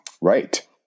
Right